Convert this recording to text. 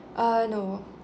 uh no